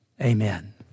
Amen